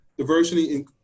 diversity